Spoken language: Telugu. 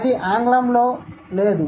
అది ఆంగ్లంలో జరగదు